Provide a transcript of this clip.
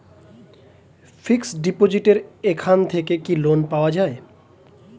Fix ডিপোজিটের এখান থেকে কি লোন পাওয়া যায়?